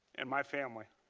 and my family.